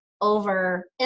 over